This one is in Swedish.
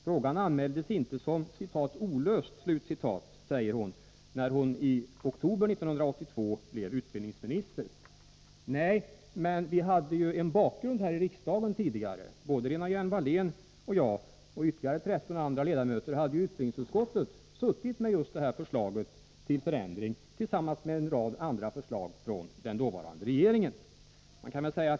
Frågan anmäldes inte som ”olöst” när hon i oktober 1982 blev utbildningsminister, säger hon. Nej, men det finns en bakgrund till ärendet här i riksdagen. Lena Hjelm-Wallén, jag och ytterligare tretton ledamöter hade i utbildningsutskottet behandlat just detta förslag till förändring, tillsammans med en rad andra förslag från den dåvarande regeringen.